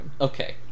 Okay